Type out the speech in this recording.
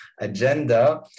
agenda